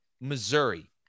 Missouri